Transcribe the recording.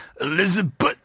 Elizabeth